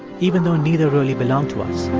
even though neither really belong to us